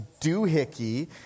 doohickey